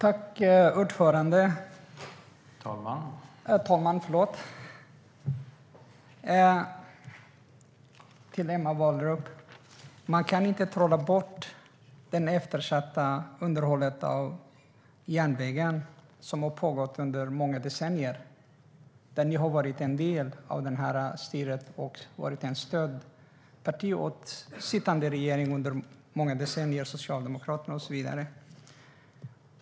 Herr talman! Man kan inte trolla bort det eftersatta underhåll av järnvägen som har pågått under många decennier, Emma Wallrup. Ni har varit en del av styret och ett stödparti åt sittande regering under många decennier av socialdemokratiskt styre och så vidare.